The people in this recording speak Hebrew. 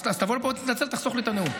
אז תבוא לפה, תתנצל ותחסוך לי את הנאום.